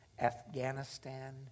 Afghanistan